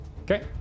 okay